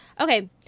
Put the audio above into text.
Okay